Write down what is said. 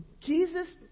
Jesus